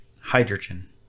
hydrogen